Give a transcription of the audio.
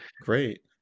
great